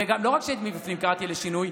ולא רק שמבפנים קראתי לשינוי,